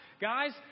guys